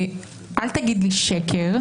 אל תגיד לי "שקר".